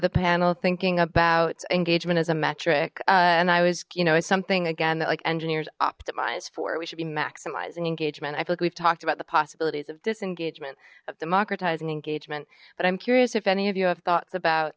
the panel thinking about engagement as a metric and i was you know it's something again that like engineers optimize for we should be maximizing engagement i feel like we've talked about the possibilities of disengagement of democratizing engagement but i'm curious if any of you have thoughts about